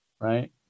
right